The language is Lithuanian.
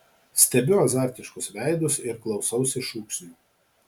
stebiu azartiškus veidus ir klausausi šūksnių